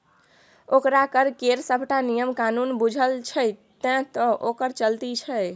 ओकरा कर केर सभटा नियम कानून बूझल छै तैं तँ ओकर चलती छै